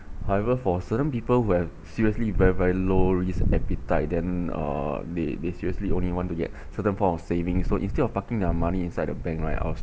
however for certain people who have seriously very very low risk appetite then uh they they seriously only want to get certain point of saving so instead of parking their money inside the bank right